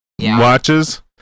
watches